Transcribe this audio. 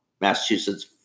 Massachusetts